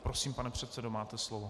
Prosím, pane předsedo, máte slovo.